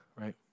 right